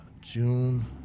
June